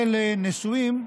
ולנשואים,